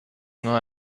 nur